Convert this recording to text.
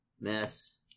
Miss